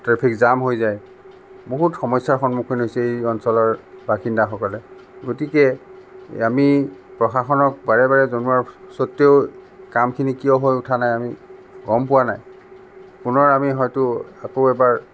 traffic jam হৈ যায় বহুত সমস্যাৰ সন্মুখীন হৈছে এই অঞ্চলৰ বাসিন্দাসকলে গতিকে আমি প্ৰশাসনক বাৰে বাৰে জনোৱাৰ স্বত্বেও কামখিনি কিয় হৈ উঠা নাই আমি গম পোৱা নাই পুনৰ আমি হয়তো আকৌ এবাৰ